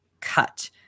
cut